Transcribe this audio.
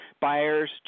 Buyers